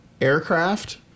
aircraft